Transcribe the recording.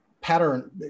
pattern